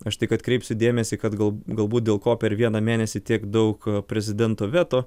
aš tik atkreipsiu dėmesį kad gal galbūt dėl ko per vieną mėnesį tiek daug prezidento veto